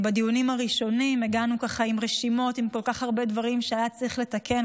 בדיונים הראשונים הגענו עם רשימות עם כל כך הרבה דברים שהיה צריך לתקן.